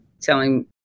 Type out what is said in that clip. telling